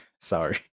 Sorry